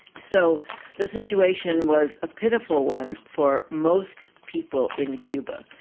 so the situation was a pitiful one for most people in cuba.